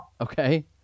Okay